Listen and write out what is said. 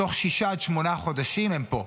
תוך שישה עד שמונה חודשים הם פה.